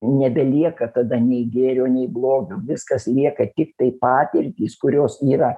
nebelieka tada nei gėrio nei blogio viskas lieka tiktai patirtys kurios yra